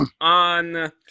on